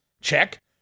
Check